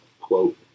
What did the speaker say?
quote